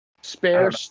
Spare